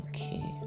Okay